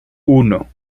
uno